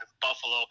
Buffalo